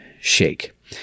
shake